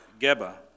Geba